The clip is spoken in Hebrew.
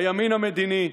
הימין המדיני,